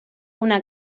una